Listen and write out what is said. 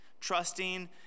trusting